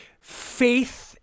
faith